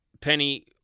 Penny